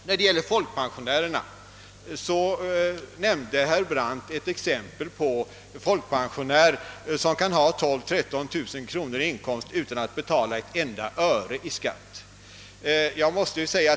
Herr Brandt anförde ett exempel på att en folkpensionär kan ha 12 000— 13 000 kronor i inkomst utan att betala ett enda öre i skatt.